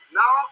now